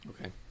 Okay